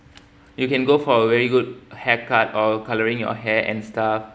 you can go for a very good haircut or colouring your hair and stuff